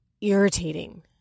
irritating